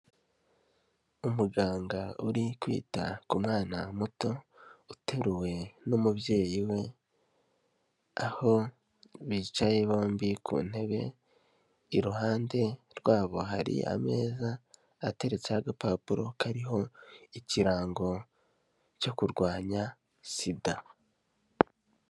Umuganga uri kwita ku mwana muto uteruwe n'umubyeyi we, aho bicaye bombi ku ntebe, iruhande rwabo hari ameza ateretseho agapapuro kariho ikirango cyo kurwanya SIDA.